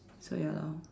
so ya lor